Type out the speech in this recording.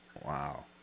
Wow